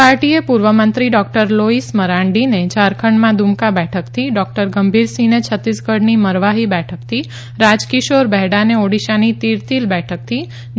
પાર્ટીએ પૂર્વમંત્રી doctor Louis મરાડીને ઝારખંડમાં દુમકા બેઠકથી ડોકટર ગંભીરસિંહને છત્તીસગઢની મરવાહી બેઠકથી રાજકિશોર બહેડાને ઓડીશાની તિરતીલ બેઠકથી જે